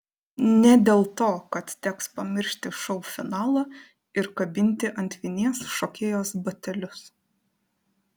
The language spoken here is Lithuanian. ne dėl to kad teks pamiršti šou finalą ir kabinti ant vinies šokėjos batelius